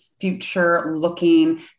future-looking